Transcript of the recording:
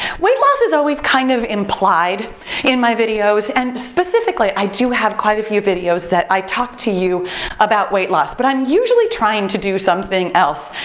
weight loss is always kind of implied in my videos, and specifically i do have quite a few videos that i talk to you about weight loss. but i'm usually trying to do something else.